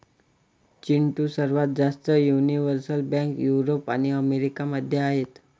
चिंटू, सर्वात जास्त universal bank Europe आणि अमेरिका मध्ये आहेत